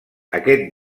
aquest